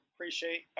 Appreciate